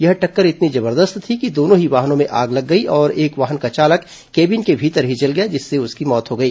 यह टक्कर इतनी जबरदस्त थी कि दोनों ही वाहनों में आग लग गई और एक वाहन का चालक केबिन के भीतर ही जल गया जिससे उसकी मौत हो गई